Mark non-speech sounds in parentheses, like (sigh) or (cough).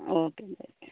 okay (unintelligible)